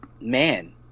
Man